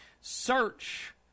Search